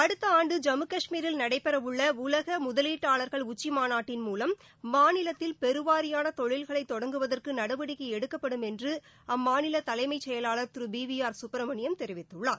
அடுத்த ஆண்டு ஜம்மு கஷ்மீரில் நடைபெறவுள்ள உலக முதலீட்டாளர்கள் உச்சிமாநாட்டின் மூலம் மாநிலத்தில் பெருவாரியான தொழில்களைத் தொடங்குவதற்கு நடவடிக்கை எடுக்கப்படும் என்று அம்மாநில தலைமைச் செயலாளர் திரு பி வி ஆர் சுப்ரமணியம் தெரிவித்துள்ளார்